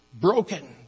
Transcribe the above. Broken